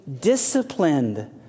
disciplined